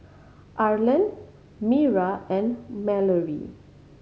Arland Mira and Malorie